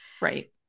right